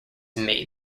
made